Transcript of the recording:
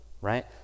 right